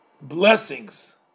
blessings